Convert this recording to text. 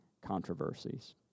controversies